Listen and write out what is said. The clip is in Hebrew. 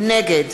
נגד